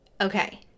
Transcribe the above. okay